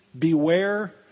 Beware